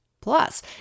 Plus